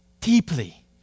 deeply